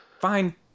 fine